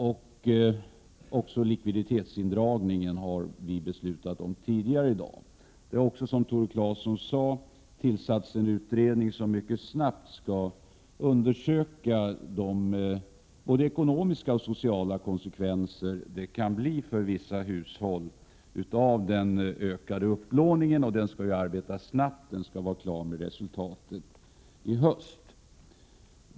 Vi har också tidigare i dag beslutat om likviditetsindragningen. Som Tore Claeson sade har det tillsatts en utredning som skall undersöka både de ekonomiska och de sociala konsekvenser den ökade upplåningen kan medföra för vissa hushåll. Utredningen skall arbeta snabbt, och resultatet skall vara färdigt i höst.